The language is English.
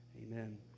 amen